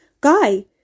Guy